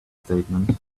statement